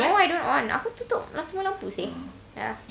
no I don't on aku tutup semua lampu seh